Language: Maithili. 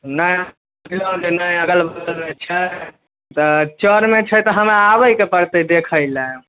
नया प्लॉट लेब नया अगल बगलमे छै तऽ चरमे छै तऽ हमरा आबैके पड़तै देखै लए